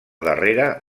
darrera